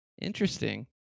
interesting